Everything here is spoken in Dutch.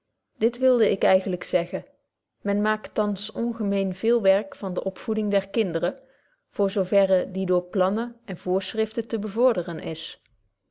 dit wilde ik eigenlyk zeggen men maakt thans ongemeen veel werk van de opvoeding der kinderen voorzo verre die door plannen en voorschriften te bevorderen is